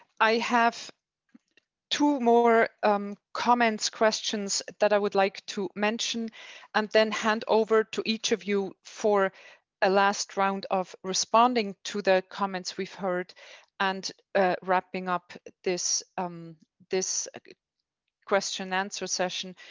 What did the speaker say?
i have two more um comments, questions that i would like to mention and then hand over to each of you for a last round of responding to the comments we've heard and wrapping up this um this question and answer session,